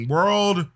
World